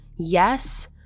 yes